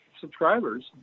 subscribers